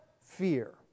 fear